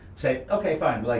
say, okay, fine, but like